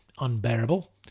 unbearable